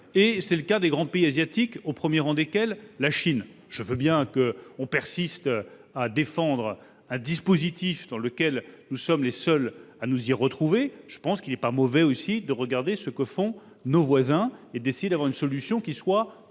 et c'est le cas des grands pays asiatiques, au premier rang desquels la Chine. Je veux bien qu'on persiste à défendre un dispositif dans lequel nous sommes les seuls à nous y retrouver, mais j'estime qu'il n'est pas mauvais de regarder ce que font nos voisins et d'essayer de trouver une solution qui soit